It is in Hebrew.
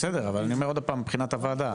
בסדר אבל אני אומר עוד הפעם מבחינת הוועדה,